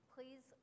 Please